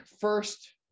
first